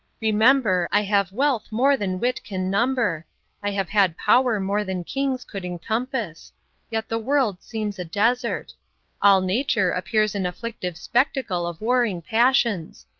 remember, i have wealth more than wit can number i have had power more than kings could emcompass yet the world seems a desert all nature appears an afflictive spectacle of warring passions.